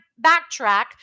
backtrack